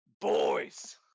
boys